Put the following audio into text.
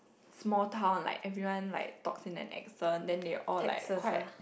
small town like everyone like talks in an accent and they all like quite